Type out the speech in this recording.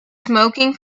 smoking